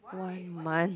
one month